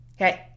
Okay